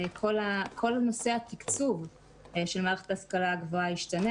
כל נושא התקצוב של מערכת ההשכלה הגבוהה ישתנה